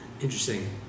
Interesting